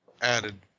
Added